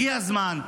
הגיע הזמן.